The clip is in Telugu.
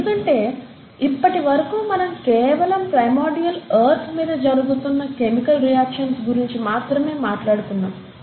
ఎందుకంటే ఇప్పటి వరకు మనం కేవలం ప్రిమోర్డిల్ భూమి మీద జరుగుతున్న కెమికల్ రియాక్షన్స్ గురించి మాత్రమే మాట్లాడుకున్నాం